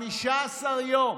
15 יום.